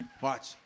Watch